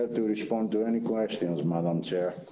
ah to respond to any questions, madam chair.